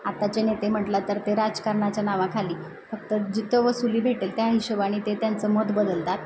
आताचे नेते म्हटलं तर ते राजकारणाच्या नावाखाली फक्त जिथं वसूली भेटेल त्या हिशोबाने ते त्यांचं मत बदलतात